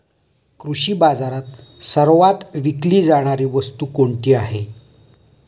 कृषी बाजारात सर्वात विकली जाणारी वस्तू कोणती आहे?